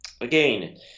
again